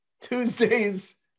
Tuesdays